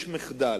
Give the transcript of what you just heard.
שיש מחדל.